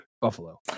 buffalo